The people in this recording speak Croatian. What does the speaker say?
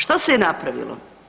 Što se je napravilo?